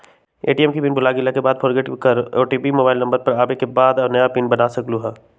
ATM के pin भुलागेल के बाद फोरगेट कर ओ.टी.पी मोबाइल नंबर पर आवे के बाद नया पिन कोड बना सकलहु ह?